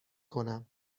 کنم